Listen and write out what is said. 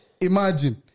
Imagine